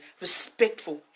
respectful